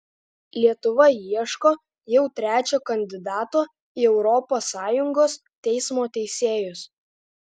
lietuva ieško jau trečio kandidato į europos sąjungos teismo teisėjus